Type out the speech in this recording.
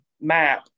map